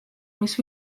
mis